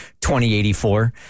2084